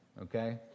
okay